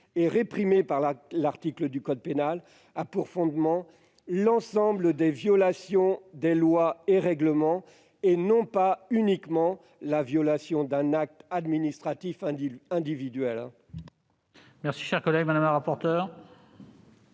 et réprimée par l'article du code pénal a pour fondement l'ensemble des violations des lois et règlements, et non pas uniquement la violation d'un acte administratif individuel.